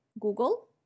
google